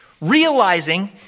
Realizing